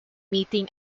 meeting